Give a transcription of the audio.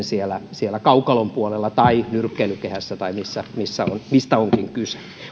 siellä siellä kaukalon puolella tai nyrkkeilykehässä tai mistä onkin kyse